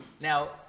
Now